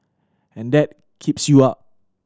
and that keeps you up